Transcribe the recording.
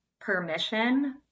permission